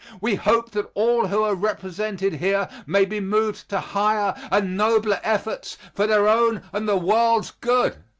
we hope that all who are represented here may be moved to higher and nobler efforts for their own and the world's good,